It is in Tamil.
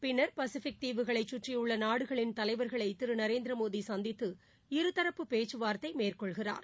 பின்னர் பசிபிக் தீவுகளைச் கற்றியுள்ள நாடுகளின் தலைவர்களை திரு நரேந்திரமோடி சந்தித்து இருதரப்பு பேச்சுவார்த்தை மேற்கொள்கிறார்